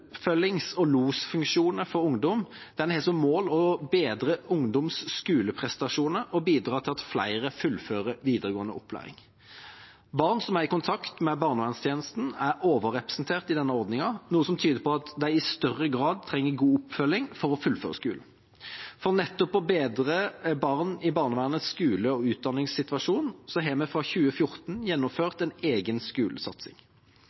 og losfunksjoner for ungdom har som mål å bedre ungdommenes skoleprestasjoner og bidra til at flere fullfører videregående opplæring. Barn som er i kontakt med barnevernstjenesten, er overrepresentert i denne ordningen, noe som tyder på at de i større grad trenger god oppfølging for å fullføre skolen. For nettopp å bedre barn i barnevernets skole- og utdanningssituasjon, har vi fra 2014 gjennomført en egen skolesatsing.